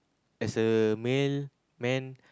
as a male man